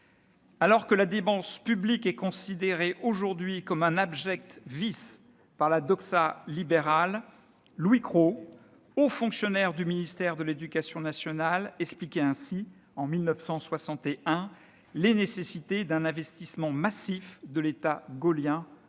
Alors que la dépense publique est aujourd'hui considérée comme un abject vice par la doxa libérale, Louis Cros, haut fonctionnaire du ministère de l'éducation nationale, expliquait ainsi, en 1961, les nécessités d'un investissement massif de l'État gaullien